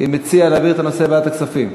כמציע, להעביר את הנושא לוועדת הכספים?